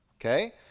okay